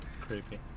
Creepy